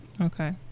Okay